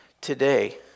today